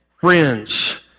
friends